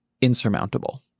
insurmountable